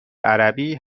عربی